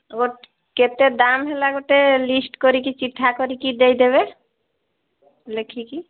ଗୋ ଗୋଟେ କେତେ ଦାମ୍ ହେଲା ଗୋଟେ ଲିଷ୍ଟ୍ କରିକି ଚିଠା କରିକି ଦେଇଦେବେ ଲେଖିକି